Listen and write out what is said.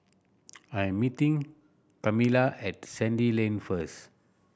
I am meeting Kamilah at Sandy Lane first